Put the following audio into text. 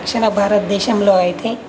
దక్షిణ భారతదేశంలో అయితే